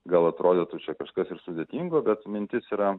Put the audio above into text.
gal atrodytų čia kažkas ir sudėtingo bet mintis yra